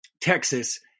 Texas